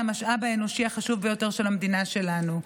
המשאב האנושי החשוב ביותר של המדינה שלנו,